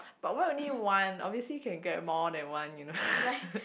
but why only one obviously can get more than one you know